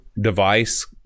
device